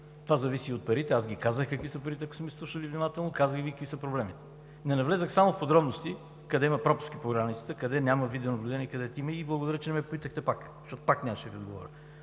това зависи и от парите. Казах Ви какви са парите. Ако сте ме слушали внимателно, казах и какви са проблемите. Не навлязох само в подробности къде има пропуски по границата, къде няма видео наблюдение и къде има, и благодаря, че ме попитахте пак, защото нямаше да отговоря.